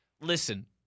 listen